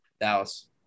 Dallas